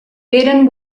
eren